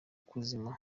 kuzima